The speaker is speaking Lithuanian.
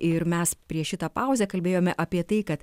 ir mes prieš šitą pauzę kalbėjome apie tai kad